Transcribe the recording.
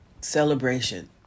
celebration